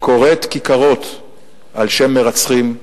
קוראת כיכרות על שם מרצחים,